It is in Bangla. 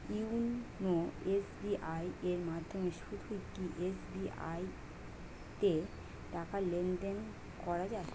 ইওনো এস.বি.আই এর মাধ্যমে শুধুই কি এস.বি.আই তে টাকা লেনদেন করা যায়?